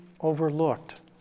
overlooked